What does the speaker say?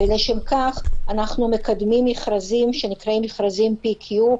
ולשם כך אנחנו מקדמים מכרזים שנקראים מכרזים PQ,